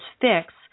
fix